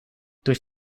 durch